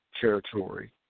Territory